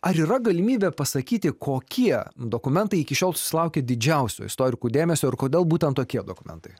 ar yra galimybė pasakyti kokie dokumentai iki šiol susilaukia didžiausio istorikų dėmesio ir kodėl būtent tokie dokumentai